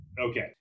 Okay